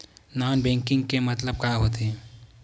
Non banking के मतलब का होथे?